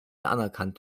anerkannt